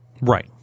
Right